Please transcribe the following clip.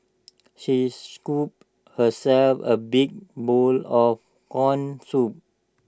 she scooped herself A big bowl of Corn Soup